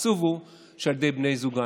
והעצוב הוא שזה על ידי בני זוגן.